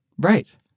Right